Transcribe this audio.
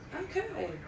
Okay